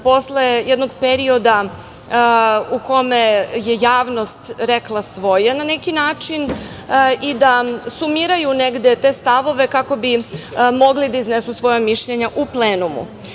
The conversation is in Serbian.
posle jednog perioda u kome je javnost rekla svoje, na neki način i da sumiraju negde te stavove kako bi mogli da iznesu svoja mišljenja u